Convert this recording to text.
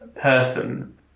person